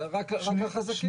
רק לחזקים.